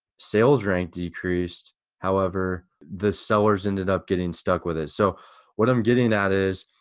sales rank decreased however, the sellers ended up getting stuck with it. so what i'm getting at is,